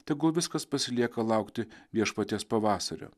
tegu viskas pasilieka laukti viešpaties pavasario